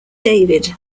david